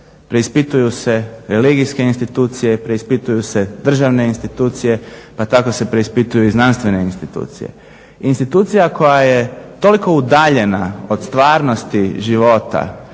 preispituju se religijske institucije, preispituju se državne institucije pa tako se preispituju i znanstvene institucije. Institucija koja je toliko udaljena od stvarnosti života